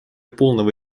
полного